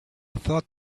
thought